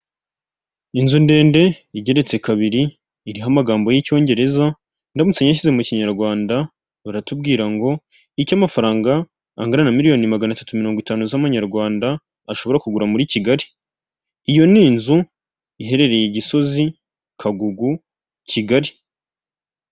Inzu ndende igeretse kabiri iriho amagambo y'icyongereza ndamutse nyashyize mu kinyarwanda baratubwira ngo icyo amafaranga angana na miliyoni magana atatu mirongo itanu z'amanyarwanda ashobora kugura muri kigali iyo ni inzu iherereye Gisozi Kagugu, Kigali.